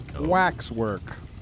Waxwork